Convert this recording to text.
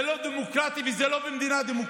זה לא דמוקרטי, וזה לא במדינה דמוקרטית.